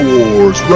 Wars